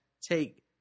take